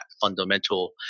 fundamental